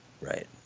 right